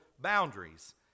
boundaries